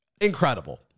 incredible